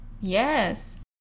Yes